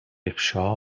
افشا